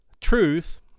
truth